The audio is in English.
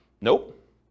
nope